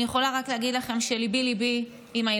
אני יכולה רק להגיד לכם שליבי עם הילדים,